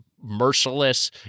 merciless